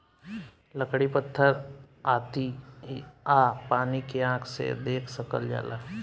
लकड़ी पत्थर आती आ पानी के आँख से देख सकल जाला